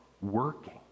working